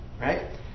right